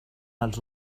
els